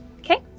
Okay